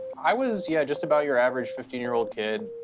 i was yeah just about your average fifteen year old kid.